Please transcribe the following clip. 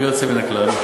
בלי יוצא מן הכלל.